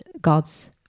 God's